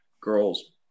girls